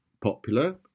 popular